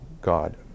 God